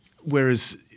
Whereas